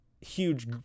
huge